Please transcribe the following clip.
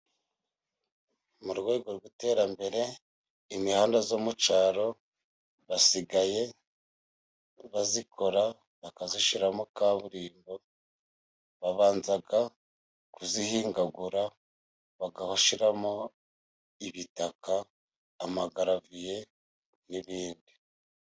Mu rwego rw'iterambere imihanda yo mu cyaro basigaye bayikora bakayishyiramo kaburimbo, babanza kuyihingagura bagashyiramo ibitaka, amagaraviye n'ibindi.